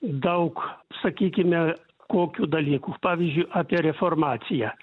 daug sakykime kokių dalykų pavyzdžiui apie reformaciją